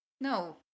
no